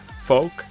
folk